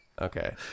Okay